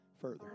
Further